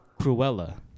Cruella